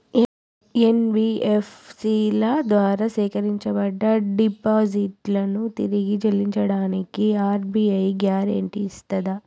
NBFC ల ద్వారా సేకరించబడ్డ డిపాజిట్లను తిరిగి చెల్లించడానికి ఆర్.బి.ఐ గ్యారెంటీ ఇస్తదా?